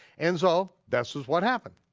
and so this is what happened.